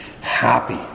happy